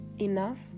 Enough